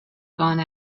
gone